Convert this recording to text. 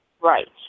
Right